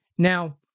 now